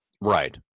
Right